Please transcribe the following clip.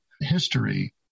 history